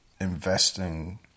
investing